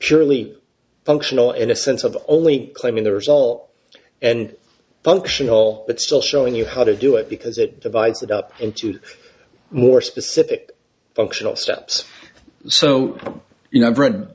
surely functional in a sense of only claiming the result and functional but still showing you how to do it because it divides it up into more specific functional steps so you know